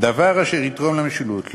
דבר אשר יתרום למשילות.